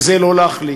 וזה לא להחליט.